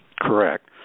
Correct